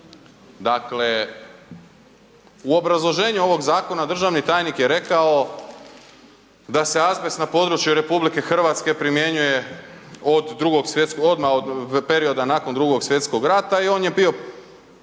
Dakle, u obrazloženju ovog zakona državni tajnik je rekao da se azbest na području RH primjenjuje odmah od perioda nakon II. Svjetskog rata i on je bio